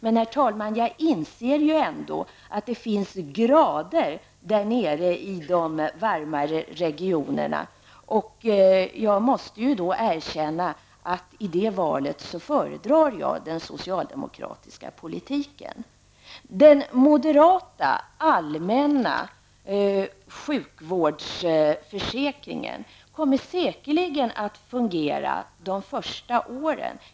Men jag inser ändå, herr talman, att det finns grader där nere i de varmare regionerna, och jag måste erkänna att jag i det val det då blir fråga om föredrar den socialdemokratiska politiken. Den moderata allmänna sjukvårdsförsäkringen kommer säkerligen att fungera de första åren.